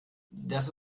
das